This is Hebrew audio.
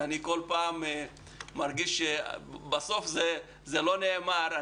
כי כל פעם אני מרגיש שבסוף זה לא נאמר.